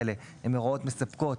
הן הוראות מספקות,